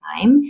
time